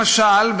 למשל,